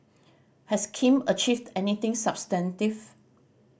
has Kim achieved anything substantive